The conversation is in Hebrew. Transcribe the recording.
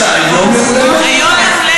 יש לה היום יום הולדת?